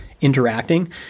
interacting